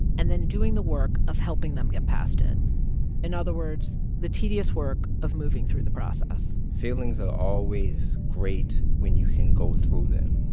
and then doing the work of helping them get past it in other words, the tedious work of moving through the process feelings are always great when you can go through them.